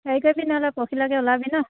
হেৰি কৰিবি নহ'লে পৰহিলৈকে ওলাবি ন